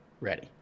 Ready